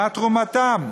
מה תרומתם?